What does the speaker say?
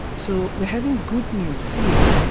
so we are having good news here,